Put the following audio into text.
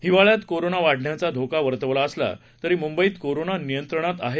हिवाळ्यात कोरोना वाढण्याचा धोका वर्तवला असला तरी मुंबईत कोरोना नियंत्रणात आहे